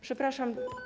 Przepraszam.